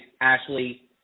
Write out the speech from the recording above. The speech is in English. Ashley